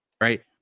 right